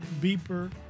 beeper